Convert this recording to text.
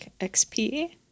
XP